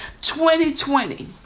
2020